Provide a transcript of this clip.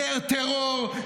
יותר טרור,